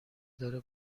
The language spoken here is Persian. داره